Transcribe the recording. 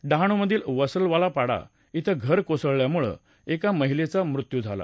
डहाणूमधील वसवलापाडा क्षें घर कोसळल्यामुळं एका महिलेचा मृत्यू झाला